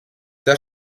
das